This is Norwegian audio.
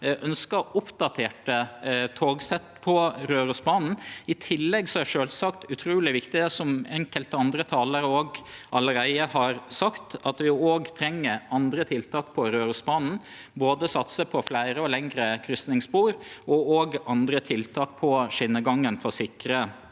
ønskjer oppdaterte togsett på Rørosbanen. I tillegg er det sjølvsagt utruleg viktig – som enkelte andre talarar allereie har sagt – at vi òg treng andre tiltak på Rørosbanen, både å satse på fleire og lengre kryssingsspor, og andre tiltak på skinnegangen, for å sikre